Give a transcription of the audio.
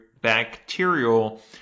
bacterial